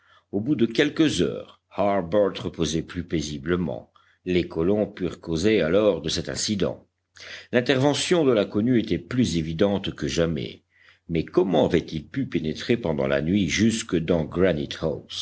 au bout de quelques heures harbert reposait plus paisiblement les colons purent causer alors de cet incident l'intervention de l'inconnu était plus évidente que jamais mais comment avait-il pu pénétrer pendant la nuit jusque dans